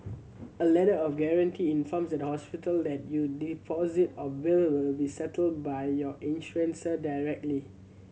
a Letter of Guarantee informs the hospital that your deposit or bill will be settled by your insurer directly